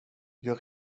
jag